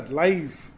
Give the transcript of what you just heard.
life